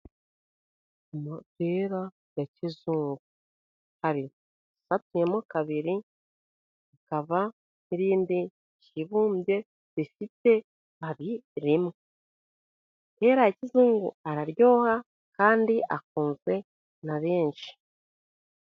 Amapera ya kizungu, hari asatuyemo kabiri, hakaba n'irindi ryibumbye rifite ibabi rimwe, amapera ya kizungu araryoha kandi akunzwe na benshi.